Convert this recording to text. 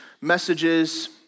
messages